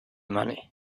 money